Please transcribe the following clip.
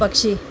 पक्षी